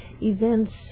events